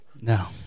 No